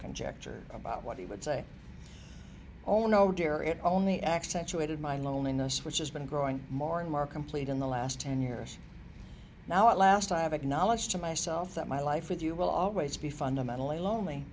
conjecture about what he would say oh no dear it only accentuated my loneliness which has been growing more and more complete in the last ten years now at last i have acknowledged to myself that my life with you will always be fundamentally lonely